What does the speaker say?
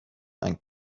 and